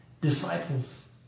disciples